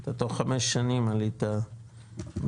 אתה תוך חמש שנים עלית בכמה?